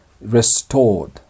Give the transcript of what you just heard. restored